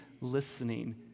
listening